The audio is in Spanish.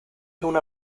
una